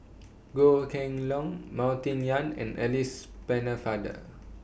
Goh Kheng Long Martin Yan and Alice Pennefather